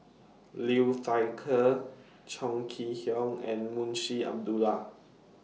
Liu Thai Ker Chong Kee Hiong and Munshi Abdullah